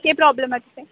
केह् प्राब्लम ऐ तुसेंई